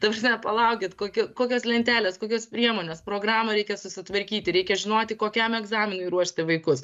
ta prasme palaukit kokie kokios lentelės kokios priemonės programą reikia susitvarkyti reikia žinoti kokiam egzaminui ruošti vaikus